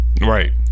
Right